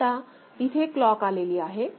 आता इथे क्लॉक आलेली आहे